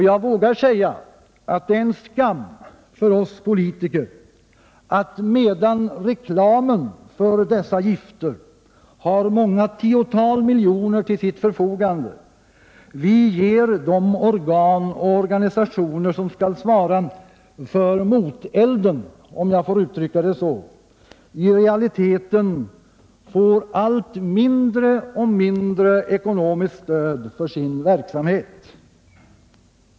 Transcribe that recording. Jag vågar säga att det är en skam för oss politiker att, medan reklamen för dessa gifter har många tiotal miljoner till sitt förfogande, de organ och organisationer som skall svara för motelden, om jag får uttrycka det så, i realiteten får allt mindre ekonomiskt stöd för sin verksamhet.